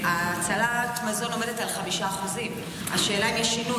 הצלת המזון עומדת על 5%. השאלה היא אם יש שינוי.